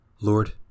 Lord